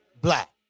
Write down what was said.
Black